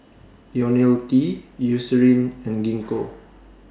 Ionil T Eucerin and Gingko